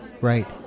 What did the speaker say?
right